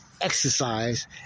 exercise